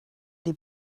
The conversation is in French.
des